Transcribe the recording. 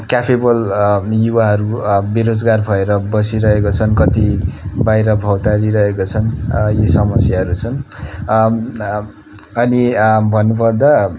capable युवाहरू बेरोजगार भएर बसिरहेको छन् कति बाहिर भौँतारिरहेका छन् यी समस्याहरू छन् अनि भन्नुपर्दा